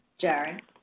Jerry